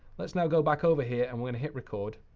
let's now go back over here and we're going to hit record,